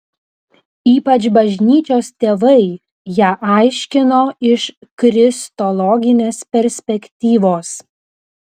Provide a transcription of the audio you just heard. ypač bažnyčios tėvai ją aiškino iš kristologinės perspektyvos